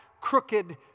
crooked